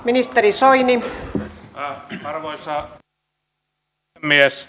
arvoisa rouva puhemies